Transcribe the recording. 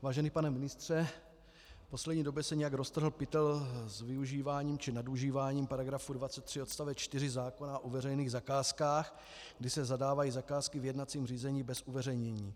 Vážený pane ministře, v poslední době se nějak roztrhl pytel s využíváním či nadužíváním § 23 odst. 4 zákona o veřejných zakázkách, kdy se zadávají zakázky v jednacím řízení bez uveřejnění.